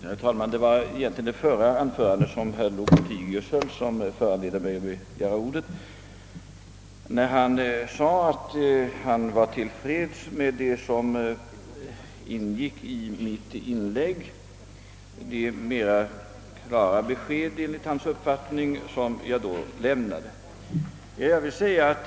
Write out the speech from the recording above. Herr talman! Det var egentligen det förra anförandet av herr Lothigius som föranledde mig att begära ordet. Han sade att han var till freds med de enligt hans uppfattning mera klara besked som jag lämnade i mitt inlägg.